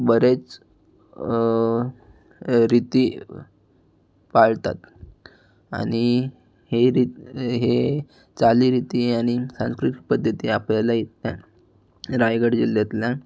बरेच रीती पाळतात आणि हे रीत हे चालीरीती आणि सांस्कृतिक पद्धती आपल्याला इथल्या रायगड जिल्ह्यातल्या